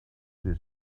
his